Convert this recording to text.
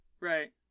Right